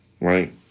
Right